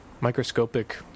microscopic